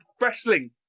wrestling